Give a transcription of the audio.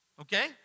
okay